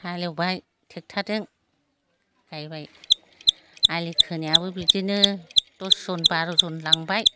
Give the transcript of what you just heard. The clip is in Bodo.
हालएवबाय ट्रेक्टरजों गायबाय आलि खोनायाबो बिदिनो दस जन बार' जन लांबाय